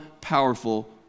powerful